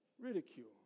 Ridicule